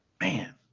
Man